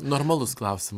normalus klausim